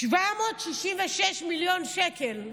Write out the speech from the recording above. עם 766 מיליון שקל סיימה.